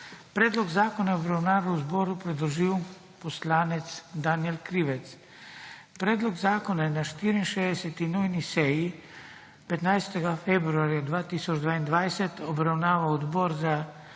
Predlog zakona je v obravnavo zboru predložil poslanec Danijel Krivec. Predlog zakona je na 64. nujni seji, 15. februarja 2022, obravnaval Odbor za